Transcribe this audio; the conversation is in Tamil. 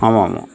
ஆமாம் ஆமாம்